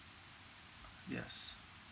yes